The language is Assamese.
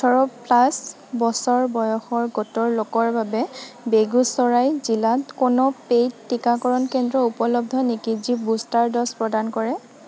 ওঠৰ প্লাছ বছৰ বয়সৰ গোটৰ লোকৰ বাবে বেগুচৰাই জিলাত কোনো পেইড টীকাকৰণ কেন্দ্ৰ উপলব্ধ নেকি যি বুষ্টাৰ ড'জ প্ৰদান কৰে